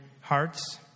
hearts